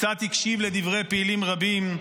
קצת הקשיב לדברי פעילים רבים,